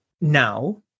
now